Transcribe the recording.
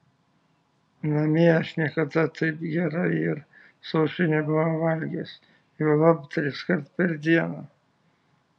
namie aš niekada taip gerai ir sočiai nebuvau valgęs juolab triskart per dieną